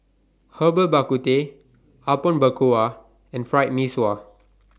Herbal Bak Ku Teh Apom Berkuah and Fried Mee Sua